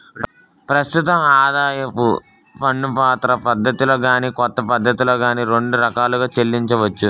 ప్రస్తుతం ఆదాయపు పన్నుపాత పద్ధతిలో గాని కొత్త పద్ధతిలో గాని రెండు రకాలుగా చెల్లించొచ్చు